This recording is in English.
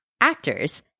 actors